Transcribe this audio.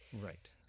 Right